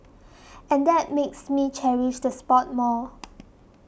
and that makes me cherish the spot more